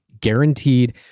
Guaranteed